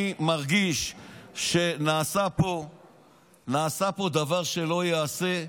אני מרגיש שנעשה פה דבר שלא ייעשה.